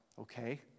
okay